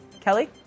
Kelly